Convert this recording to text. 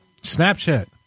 Snapchat